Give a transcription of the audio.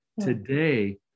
Today